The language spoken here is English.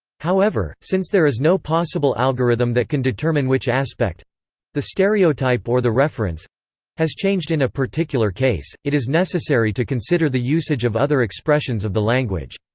however, since there is no possible algorithm that can determine which aspect the stereotype or the reference has changed in a particular case, it is necessary to consider the usage of other expressions of the language.